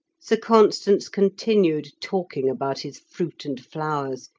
sir constans continued talking about his fruit and flowers,